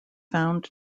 found